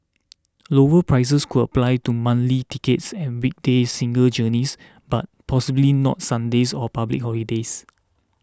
lower prices could apply to monthly tickets and weekday single journeys but possibly not Sundays or public holidays